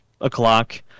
o'clock